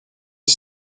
est